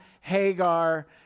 hagar